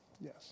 Yes